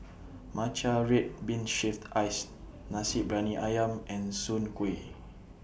Matcha Red Bean Shaved Ice Nasi Briyani Ayam and Soon Kway